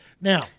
now